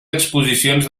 exposicions